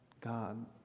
God